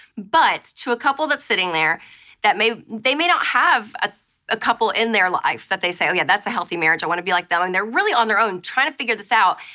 but to a couple that sitting there that may, they may not have ah a couple in their life that they say, oh yeah, that's a healthy marriage. i want to be like them. and they're really on their own trying to figure this out.